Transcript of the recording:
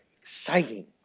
exciting